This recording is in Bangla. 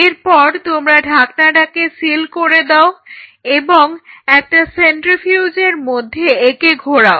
এরপর তোমরা ঢাকনাটাকে সিল করে দাও এবং একটা সেন্ট্রিফিউজের মধ্যে একে ঘোরাও